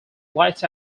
lights